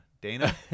Dana